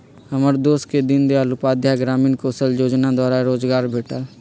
हमर दोस के दीनदयाल उपाध्याय ग्रामीण कौशल जोजना द्वारा रोजगार भेटल